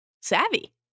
savvy